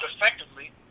effectively